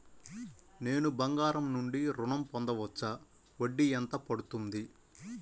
నేను బంగారం నుండి ఋణం పొందవచ్చా? వడ్డీ ఎంత పడుతుంది?